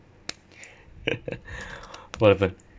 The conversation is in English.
what happened